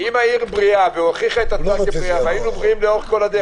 אם העיר בריאה והוכיחה את עצמה כבריאה והיינו בריאים לאורך כל הדרך.